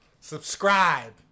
subscribe